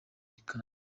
canada